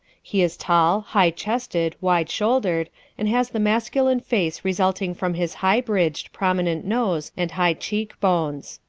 he is tall, high-chested, wide-shouldered and has the masculine face resulting from his high-bridged, prominent nose and high cheek bones.